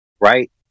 Right